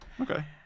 Okay